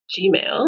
Gmail